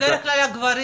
בדרך כלל הגברים,